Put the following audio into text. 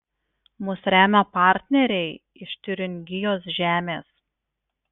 mus remia partneriai iš tiuringijos žemės